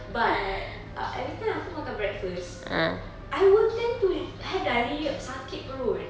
but uh everytime after makan breakfast I will tend to have diarrhoea sakit perut